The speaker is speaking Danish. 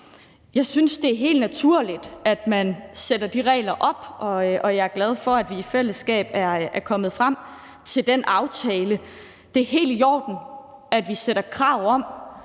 Jeg synes, det er helt naturligt, at man sætter de regler op, og jeg er glad for, at vi i fællesskab er kommet frem til den aftale. Det er helt i orden, at vi stiller krav om,